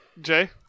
Jay